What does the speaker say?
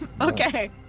okay